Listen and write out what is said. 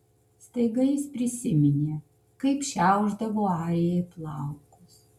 staiga jis prisiminė kaip šiaušdavo arijai plaukus